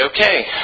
okay